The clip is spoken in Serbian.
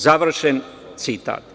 Završen citat.